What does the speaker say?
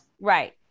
right